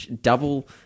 double